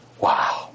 Wow